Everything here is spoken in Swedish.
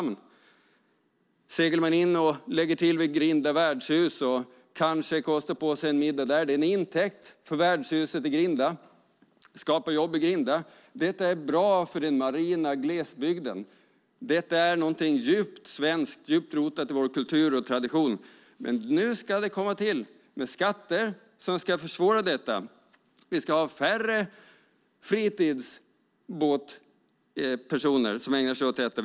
Man kan segla till Grinda och lägga till vid Grinda Wärdshus och kanske kosta på sig en middag där. Det är en intäkt för värdshuset i Grinda. Det skapar jobb på Grinda. Det är bra för den marina glesbygden. Det är någonting som är djupt rotat i vår kultur och tradition. Men nu ska det komma till skatter som ska försvåra detta. Vi ska ha färre personer som ägnar sig åt fritidsbåtar.